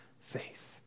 faith